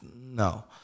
no